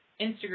Instagram